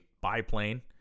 biplane